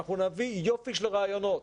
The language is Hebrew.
אנחנו נביא יופי של רעיונות.